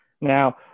Now